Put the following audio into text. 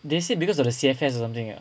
they said because of the C_F_S or something ah